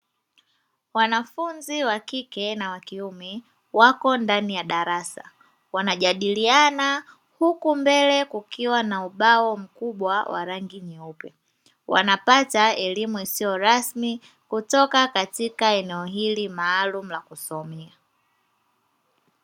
Wanafunzi wa kike na wa kiume wako ndani ya darasa wanajadiliana huku mbele kukiwa na ubao mkubwa wa rangi nyeupe, wanapata elimu isiyo rasmi kutoka katika eneo hili maalumu la kusoma.